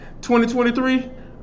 2023